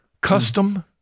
custom